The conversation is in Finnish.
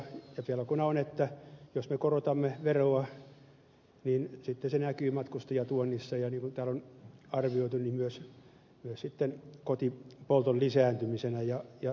pelkona on että jos me korotamme veroa niin sitten se näkyy matkustajatuonnissa ja niin kuin täällä on arvioitu myös kotipolton lisääntymisenä ja salakuljetuksena